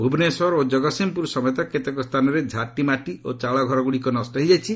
ଭୁବନେଶ୍ୱର ଓ ଜଗତ୍ସିଂହପୁର ସମେତ କେତେକ ସ୍ଥାନରେ ଝାଟିମାଟି ଓ ଚାଳଘରଗୁଡ଼ିକ ନଷ୍ଟ ହୋଇଯାଇଛି